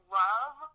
love